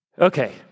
Okay